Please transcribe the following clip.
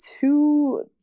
Two